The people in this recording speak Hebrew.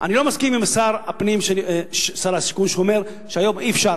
אני לא מסכים עם שר השיכון שאומר שהיום אי-אפשר.